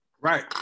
Right